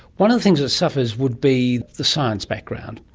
one of the things that suffers would be the science background.